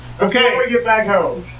okay